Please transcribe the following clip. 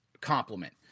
complement